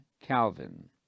Calvin